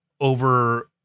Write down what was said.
over